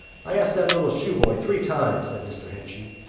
i asked that little shoeboy three times, said mr. henchy,